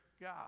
God